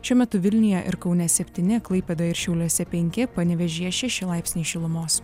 šiuo metu vilniuje ir kaune septyni klaipėdoj ir šiauliuose penki panevėžyje šeši laipsniai šilumos